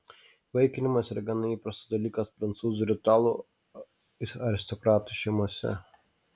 įvaikinimas yra gana įprastas dalykas prancūzų ir italų aristokratų šeimose